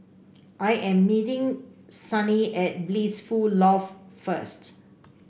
I am meeting Sonny at Blissful Loft first